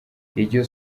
iryo